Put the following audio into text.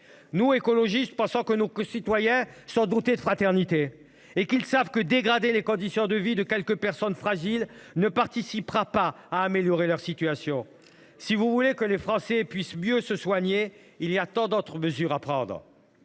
Nous, écologistes, pensons que nos concitoyens sont sensibles à la fraternité, et qu’ils savent que dégrader les conditions de vie de quelques personnes fragiles ne contribuera pas à améliorer leur situation. Si vous voulez que les Français puissent mieux se soigner, il y a tant d’autres mesures à prendre.